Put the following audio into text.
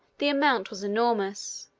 the amount was enormous,